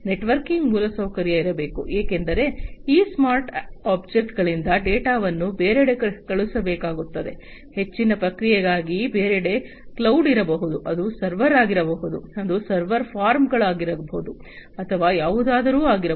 networking ಮೂಲಸೌಕರ್ಯ ಇರಬೇಕು ಏಕೆಂದರೆ ಈ ಸ್ಮಾರ್ಟ್ ಆಬ್ಜೆಕ್ಟ್ಗಳಿಂದ ಡೇಟಾವನ್ನು ಬೇರೆಡೆ ಕಳುಹಿಸಬೇಕಾಗಿರುತ್ತದೆ ಹೆಚ್ಚಿನ ಪ್ರಕ್ರಿಯೆಗಾಗಿ ಬೇರೆಡೆ ಕ್ಲೌಡ್ ಇರಬಹುದು ಅದು ಸರ್ವರ್ ಆಗಿರಬಹುದು ಅದು ಸರ್ವರ್ ಫಾರ್ಮ್ಗಳಾಗಿರಬಹುದು ಅಥವಾ ಯಾವುದಾದರೂ ಆಗಿರಬಹುದು